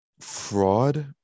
fraud